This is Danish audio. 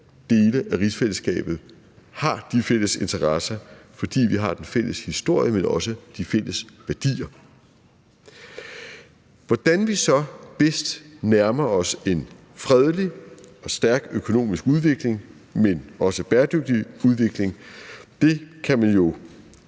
dele af rigsfællesskabet har de fælles interesser, fordi vi har den fælles historie, men også de fælles værdier. Hvordan vi så bedst nærmer os en fredelig og stærk økonomisk udvikling, men også bæredygtig udvikling, kan man jo